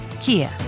Kia